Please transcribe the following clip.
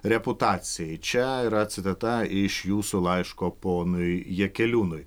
reputacijai čia yra citata iš jūsų laiško ponui jakeliūnui